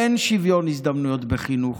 אין שוויון הזדמנויות בחינוך,